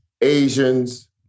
Asians